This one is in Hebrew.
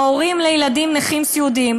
ההורים לילדים שהם נכים סיעודיים.